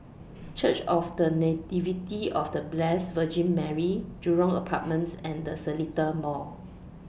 Church of The Nativity of The Blessed Virgin Mary Jurong Apartments and The Seletar Mall